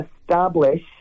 establish